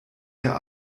der